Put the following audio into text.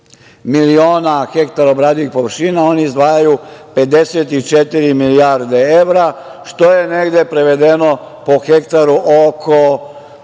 miliona hektara obradivih površina, oni izdvajaju 54 milijarde evra, što je negde prevedeno po hektaru oko